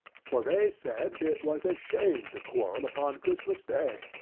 for they said, it was a shame to quarrel upon christmas day.